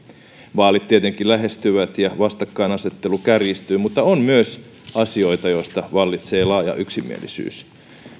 vaalit tietenkin lähestyvät ja vastakkainasettelu kärjistyy mutta on myös asioita joista vallitsee laaja yksimielisyys